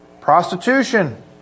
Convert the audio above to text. Prostitution